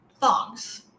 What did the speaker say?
Thongs